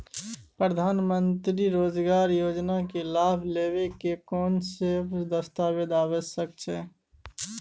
प्रधानमंत्री मंत्री रोजगार योजना के लाभ लेव के कोन सब दस्तावेज आवश्यक छै?